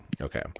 Okay